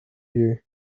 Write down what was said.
here